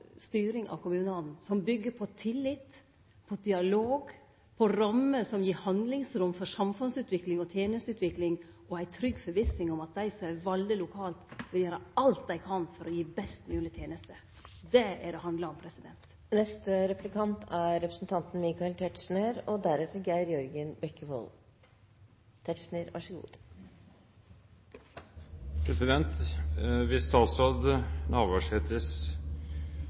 styring av kommunane, som byggjer på tillit, på dialog, på rammer som gir handlingsrom for samfunnsutvikling og tenesteutvikling, og ei trygg forvissing om at dei som er valde lokalt, vil gjere alt dei kan for å gi best moglege tenester. Det er dette det handlar om. Hvis statsråd Navarsetes motmakt-turné for to år siden gikk ut på å etablere motmakt – og